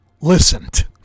listened